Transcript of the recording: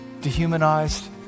dehumanized